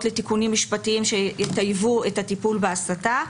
לתיקונים משפטיים שיטייבו את הטיפול בהסתה,